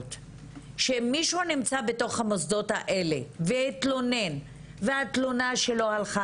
שמי שנמצא במוסדות האלה והתלונן והתלונה שלו הלכה